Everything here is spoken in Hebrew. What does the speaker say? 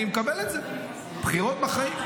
אני מקבל את זה, בחירות בחיים.